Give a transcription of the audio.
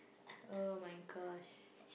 !oh-my-gosh!